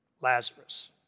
Lazarus